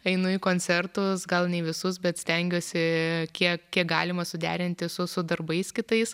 einu į koncertus gal ne į visus bet stengiuosi kiek kiek galima suderinti su su darbais kitais